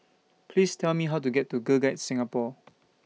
Please Tell Me How to get to Girl Guides Singapore